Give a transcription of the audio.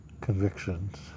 convictions